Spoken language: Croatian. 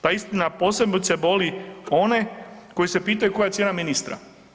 Ta istina posebice boli one koji se pitaju koja je cijena ministra.